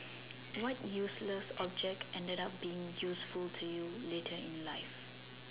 what useless object ended up being useful to you later in life